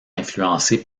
influencée